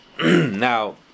Now